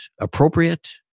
appropriate